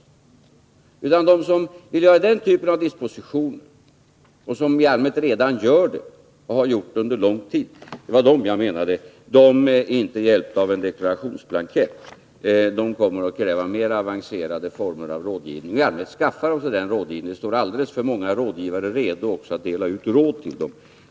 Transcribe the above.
Vad jag menade var att de personer som vill göra den typen av dispositioner — i allmänhet gör de redan sådana och har gjort det under lång tid — inte är hjälpta av en deklarationsblankett. De kommer att behöva mera avancerade former av rådgivning, och i allmänhet skaffar de sig sådan. Det står också alldeles för många rådgivare redo att dela ut råd till dem.